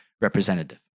representative